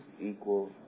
equal